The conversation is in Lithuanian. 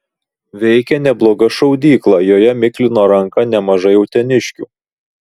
veikė nebloga šaudykla joje miklino ranką nemažai uteniškių